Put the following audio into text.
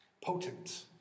potent